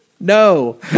No